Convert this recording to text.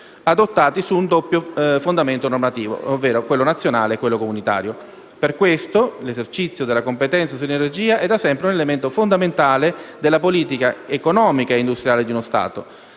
adottati su un doppio fondamento normativo, ovvero quello nazionale e quello comunitario. Per questo l'esercizio della competenza sull'energia è da sempre un elemento fondamentale della politica economica e industriale di uno Stato.